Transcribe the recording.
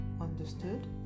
understood